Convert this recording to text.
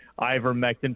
ivermectin